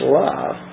love